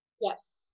yes